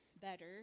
better